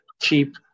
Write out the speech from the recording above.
cheap